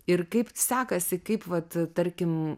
ir kaip sekasi kaip vat tarkim